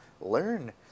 Learn